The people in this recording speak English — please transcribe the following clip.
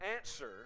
answer